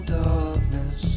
darkness